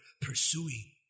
pursuing